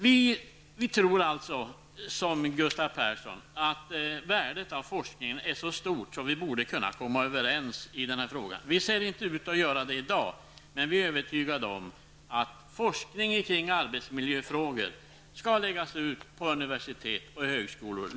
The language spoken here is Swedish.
Vi tror, liksom Gustav Persson, att värdet i forskningen är så stort att vi borde kunna komma överens i frågan. Vi ser inte ut att göra det i dag. Men vi är övertygade om att forskningen om arbetsmiljöfrågor skall läggas ut på universitet och högskolor.